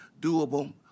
doable